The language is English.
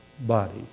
body